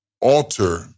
alter